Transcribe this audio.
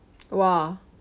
!wah!